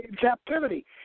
captivity